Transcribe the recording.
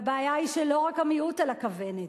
והבעיה היא שלא רק המיעוט על הכוונת,